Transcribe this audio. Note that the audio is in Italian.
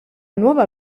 nuova